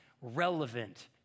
relevant